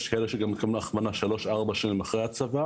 יש כאלה שגם מקבלים הכוונה שלוש-ארבע שנים אחרי הצבא